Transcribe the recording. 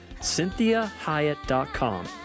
CynthiaHyatt.com